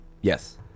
Yes